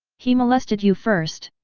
he molested you first.